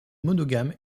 monogame